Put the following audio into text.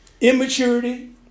immaturity